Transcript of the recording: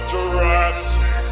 Jurassic